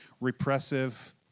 repressive